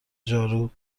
جارو